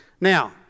Now